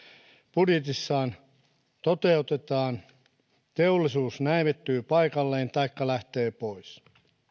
budjetissaan toteutetaan teollisuus näivettyy paikalleen taikka lähtee pois